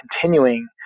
continuing